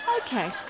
Okay